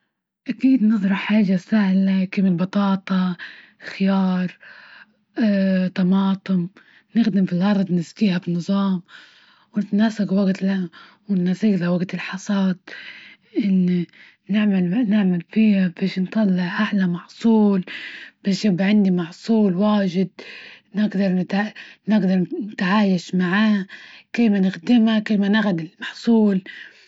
أكيد نزرع حاجة سهلة كيف البطاطا، خيار طماطم نغرزة في الأرض ونسجيها بنظام، ونتناسج وجت لها ونتناسجها وجت الحصاد ان نعمل -نعمل فيها باش نطلع أحلى محصول باش يبقي عندي محصول واجد نجدر_نجدر نتعايش معاه، كيف نخدمة ؟كيف ناخد المحصول؟